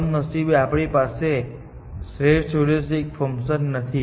કમનસીબે આપણી પાસે શ્રેષ્ઠ હ્યુરિસ્ટિક ફંકશન નથી